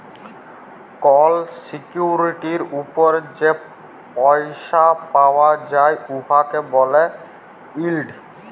call সিকিউরিটির উপর যে পইসা পাউয়া যায় উয়াকে ব্যলে ইল্ড